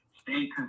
stay